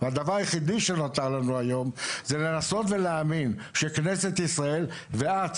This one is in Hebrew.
הדבר היחיד שנותר לנו היום זה כנסת ישראל ואת,